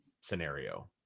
scenario